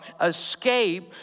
escape